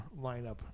lineup